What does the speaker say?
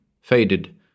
faded